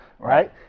Right